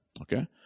Okay